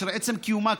אשר עצם קיומה,